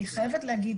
אני חייבת להגיד